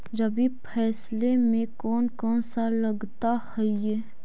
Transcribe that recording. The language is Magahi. रबी फैसले मे कोन कोन सा लगता हाइय?